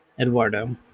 eduardo